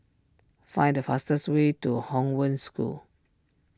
find the fastest way to Hong Wen School